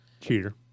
Cheater